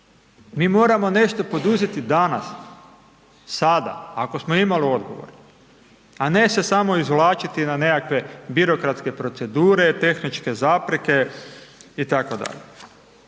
Mi moramo nešto poduzeti danas, sada ako smo imalo odgovorni a ne se samo izvlačiti na nekakve birokratske procedure, tehničke zapreke itd.,